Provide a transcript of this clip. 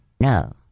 No